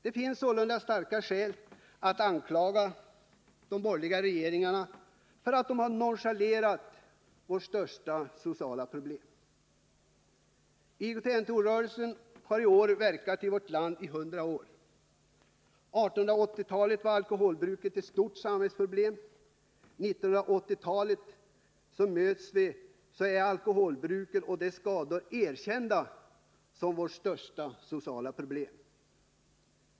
Det finns sålunda starka skäl att anklaga de borgerliga regeringarna för att de har nonchalerat vårt största sociala problem. IOGT-NTO-rörelsen har i år verkat i vårt land i 100 år. Under 1880-talet var alkoholbruket ett stort samhällsproblem — under 1980-talet är alkoholbruket och dess skador erkända som vårt ”största sociala problem”.